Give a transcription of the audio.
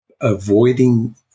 avoiding